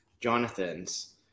Jonathan's